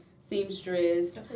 seamstress